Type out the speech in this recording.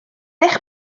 eich